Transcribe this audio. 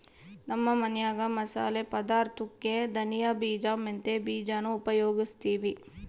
ನಮ್ಮ ಮನ್ಯಾಗ ಮಸಾಲೆ ಪದಾರ್ಥುಕ್ಕೆ ಧನಿಯ ಬೀಜ, ಮೆಂತ್ಯ ಬೀಜಾನ ಉಪಯೋಗಿಸ್ತೀವಿ